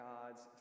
God's